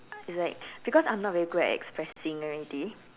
it's like because I am not very good at expressing already